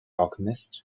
alchemist